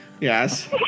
Yes